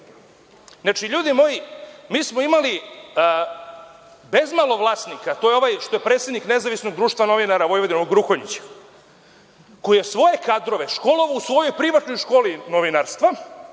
Znači, ljudi moji, mi smo imali bezmalo vlasnika, to je ovaj što je predsednik Nezavisnog društva novinara Vojvodine, onog Gruhonjića, koji je svoje kadrove školovao u svojoj privatnoj školi novinarstva,